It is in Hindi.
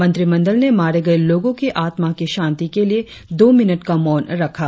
मंत्रिमंडल ने मारे गए लोगो के आत्मा की शांति के लिए दो मिनट का मौन रखा